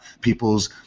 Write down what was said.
people's